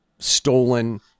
Stolen